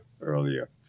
earlier